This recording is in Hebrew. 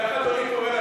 במדינות דמוקרטיות,